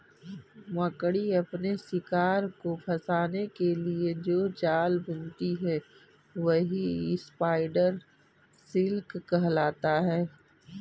मकड़ी अपने शिकार को फंसाने के लिए जो जाल बुनती है वही स्पाइडर सिल्क कहलाता है